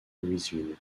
louisville